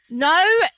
No